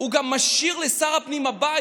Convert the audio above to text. גם משאיר לשר הפנים הבא,